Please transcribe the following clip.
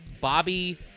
Bobby